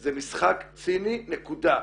זה משחק ציני נקודה.